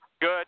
Good